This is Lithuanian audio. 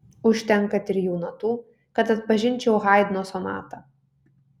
užtenka trijų natų kad atpažinčiau haidno sonatą